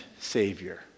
Savior